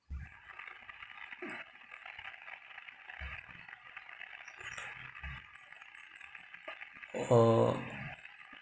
uh